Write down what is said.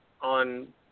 on